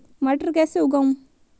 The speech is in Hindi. मटर कैसे उगाएं?